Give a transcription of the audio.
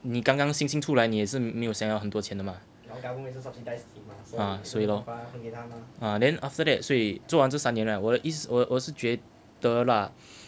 你刚刚新新出来你也是没有想要很多钱的嘛啊所以咯 ah then after that 所以做完这三年 right 我的意思我是觉得啦